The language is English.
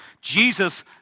Jesus